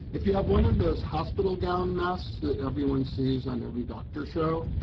if you have one of those hospital gown masks that everyone sees on every doctor show,